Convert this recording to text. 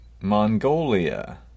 Mongolia